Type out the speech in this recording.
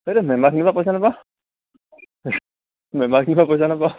এতিয়া মেম্বাৰ খিনিৰ পৰা পইচা নাপাৱ মেম্বাৰ খিনিৰ পৰা পইচা নাপাৱ